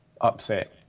upset